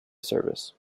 service